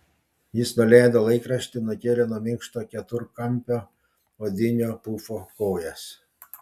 jis nuleido laikraštį nukėlė nuo minkšto keturkampio odinio pufo kojas